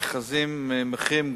המכרזים הם במחירים גבוהים.